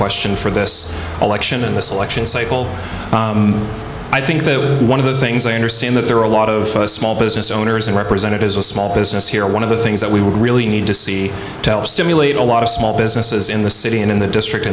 question for this election and this election cycle i think that one of the things i understand that there are a lot of small business owners and representatives of small business here one of the things that we really need to see to help stimulate a lot of small businesses in the city and in the district